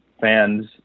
fans